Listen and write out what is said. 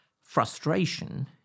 frustration